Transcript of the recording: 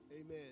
amen